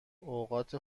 اوقات